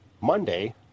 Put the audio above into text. Monday